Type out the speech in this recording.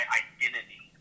identity